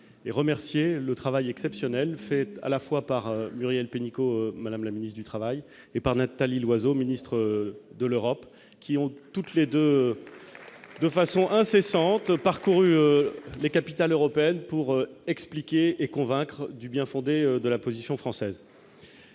et remercier le travail exceptionnel fait à la fois par l'Muriel Pénicaud, madame la ministre du Travail et par Nathalie Loiseau, ministre de l'Europe, qui ont toutes les 2 de façon incessante parcourent les capitales européennes pour expliquer et convaincre du bien-fondé de la position française.